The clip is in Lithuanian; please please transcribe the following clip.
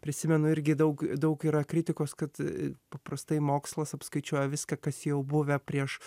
prisimenu irgi daug daug yra kritikos kad paprastai mokslas apskaičiuoja viską kas jau buvę prieš